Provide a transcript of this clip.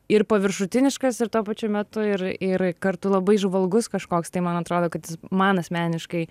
ir paviršutiniškas ir tuo pačiu metu ir ir kartu labai įžvalgus kažkoks tai man atrodo kad man asmeniškai